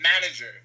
manager